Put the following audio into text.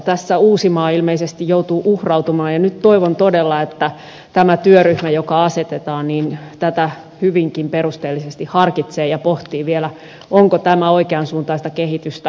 tässä uusimaa ilmeisesti joutuu uhrautumaan ja nyt toivon todella että tämä työryhmä joka asetetaan tätä hyvinkin perusteellisesti harkitsee ja pohtii vielä onko tämä oikean suuntaista kehitystä